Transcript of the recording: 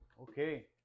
Okay